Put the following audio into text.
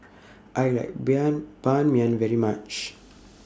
I like Ban Mian very much